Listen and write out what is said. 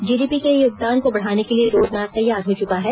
GDP में योगदान को बढ़ाने के लिए रोड मैप तैयार हो चुका है